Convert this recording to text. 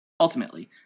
Ultimately